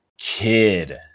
kid